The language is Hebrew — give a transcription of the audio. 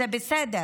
זה בסדר.